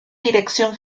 dirección